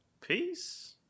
peace